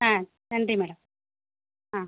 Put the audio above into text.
ஆ நன்றி மேடம் ஆ